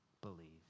believe